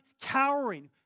cowering